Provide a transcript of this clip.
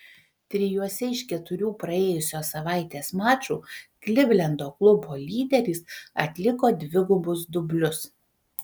trijuose iš keturių praėjusios savaitės mačų klivlendo klubo lyderis atliko dvigubus dublius